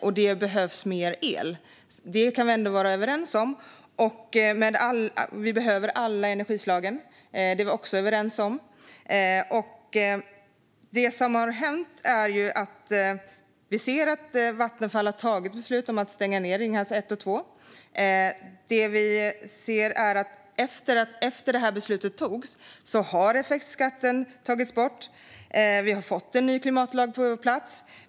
Att det då behövs mer el och att vi behöver alla energislag är vi överens om. Vattenfall har tagit beslut om att stänga ned Ringhals 1 och 2. Men efter det beslutet har effektskatten tagits bort, och vi har fått en ny klimatlag på plats.